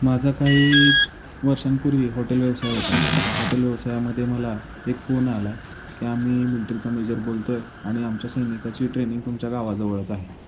माझा काही वर्षांपूर्वी हॉटेल व्यवसाय होता त्या हॉटेल व्यवसायामध्ये मला एक फोन आला की आम्ही मिल्ट्रीचा मेजर बोलतो आहे आणि आमच्या सैनिकाची ट्रेनिंग तुमच्या गावाजवळच आहे